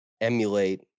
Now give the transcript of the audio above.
emulate